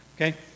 okay